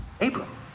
Abram